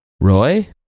Roy